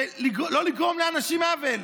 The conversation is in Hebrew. לא לגרום לאנשים עוול?